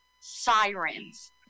sirens